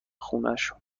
خونشون